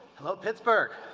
hello pittsburgh!